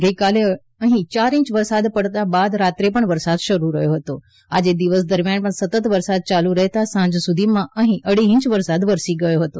ગઈકાલે અહીં યાર ઈય વરસાદ પડ્યા બાદ રાત્રે પણ વરસાદ શરૂ રહ્યો હતો અને આજે દિવસ દરમિયાન પણ સતત વરસાદ ચાલુ રહેતા સાંજ સુધીમાં અહીં અઢી ઈંચ વરસાદ વરસી ગયો હતો